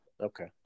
Okay